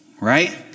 right